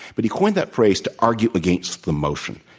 but he coined that phrase to argue against the motion.